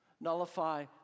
nullify